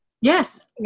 yes